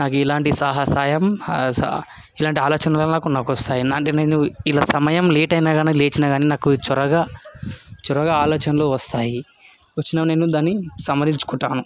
నాకు ఎలాంటి సాహసాయం ఇలాంటి ఆలోచనలు నాకు నాకు వస్తాయి ఏందంటే నేను ఇలా సమయం లేట్ అయినా కాని లేచిన కాని నాకు చొరగా చొరగా ఆలోచనలు వస్తాయి వచ్చినా నేను దాన్ని సంవరించుకుంటాను